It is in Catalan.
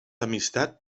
amistat